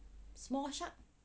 small shark